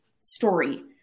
story